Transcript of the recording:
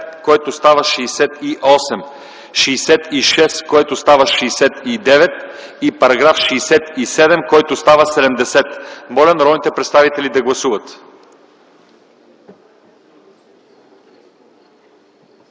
който става 68; 66, който става 69; и 67, който става 70. Моля народните представители да гласуват.